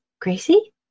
Gracie